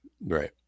Right